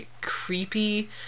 creepy